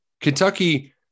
Kentucky